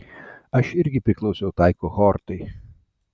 aš irgi priklausau tai kohortai